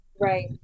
Right